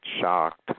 shocked